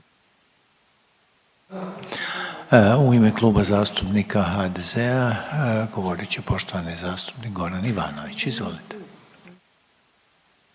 u ime Kluba zastupnika HDZ-a govoriti poštovana zastupnica Marijana Balić, izvolite.